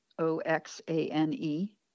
O-X-A-N-E